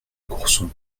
courson